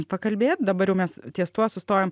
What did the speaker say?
pakalbėt dabar jau mes ties tuo sustojom